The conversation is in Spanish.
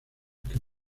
que